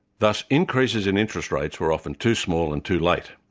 thus increases in interest rates were often too small and too late.